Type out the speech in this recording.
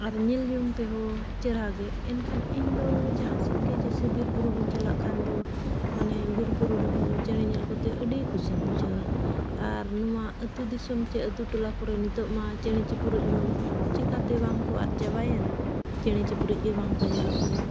ᱟᱨ ᱧᱮᱞ ᱡᱚᱝ ᱛᱮᱦᱚᱸ ᱪᱮᱦᱨᱟ ᱜᱮ ᱮᱱᱠᱷᱟᱱ ᱤᱧ ᱫᱚ ᱡᱟᱦᱟᱸ ᱥᱮᱫ ᱜᱮ ᱡᱮᱥᱮ ᱵᱤᱨ ᱵᱩᱨᱩ ᱦᱚᱧ ᱪᱟᱞᱟᱜ ᱠᱷᱟᱱ ᱫᱚ ᱢᱟᱱᱮ ᱵᱤᱨ ᱵᱩᱨᱩ ᱨᱮᱦᱚᱸ ᱪᱮᱬᱮ ᱧᱮᱞ ᱠᱚᱛᱮ ᱟᱹᱰᱤ ᱠᱩᱥᱤᱧ ᱵᱩᱡᱷᱟᱹᱣᱟ ᱟᱨ ᱱᱚᱣᱟ ᱟᱛᱳ ᱫᱤᱥᱚᱢ ᱪᱮᱫ ᱟᱛᱳ ᱴᱚᱞᱟ ᱠᱚᱨᱮ ᱱᱤᱛᱚᱜ ᱢᱟ ᱪᱮᱬᱮ ᱪᱤᱯᱨᱩᱡ ᱦᱚᱸ ᱪᱮᱠᱟᱛᱮ ᱵᱟᱝ ᱠᱚ ᱟᱫ ᱪᱟᱵᱟᱭᱟᱱ ᱪᱮᱬᱮ ᱪᱤᱯᱨᱤᱡ ᱜᱮ ᱵᱟᱝ ᱠᱚ ᱧᱮᱞᱚᱜ ᱠᱟᱱᱟ